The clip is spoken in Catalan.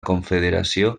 confederació